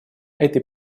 этой